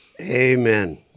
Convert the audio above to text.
amen